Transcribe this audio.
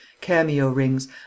cameo-rings